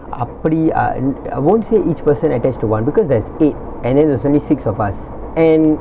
அப்புடி:appudi err and I won't say each person attached to one because there's eight and then there's only six of us and